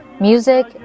music